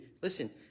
Listen